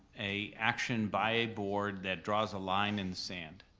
a action by board that draws a line in the sand.